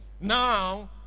Now